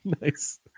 Nice